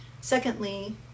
Secondly